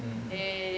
mmhmm